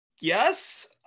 Yes